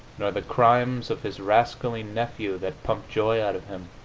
nor the crimes of his rascally nephew that pumped joy out of him.